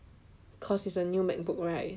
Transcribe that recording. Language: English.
cause it's a new Macbook right